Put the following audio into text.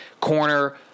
corner